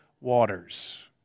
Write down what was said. waters